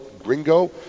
Gringo